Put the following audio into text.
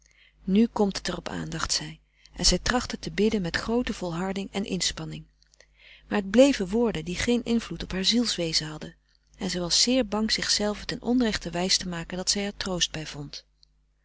nu komt het er op aan dacht zij en zij trachtte te bidden met groote volharding en inspanning maar het frederik van eeden van de koele meren des doods bleven woorden die geen invloed op haar zielswezen hadden en zij was zeer bang zichzelve ten onrechte wijs te maken dat zij er troost bij vond